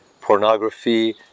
pornography